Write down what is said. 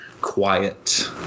quiet